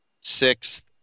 sixth